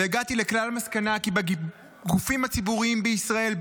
והגעתי לכלל מסקנה כי בגופים הציבוריים בישראל,